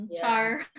Char